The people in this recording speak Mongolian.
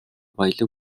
баялаг